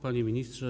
Panie Ministrze!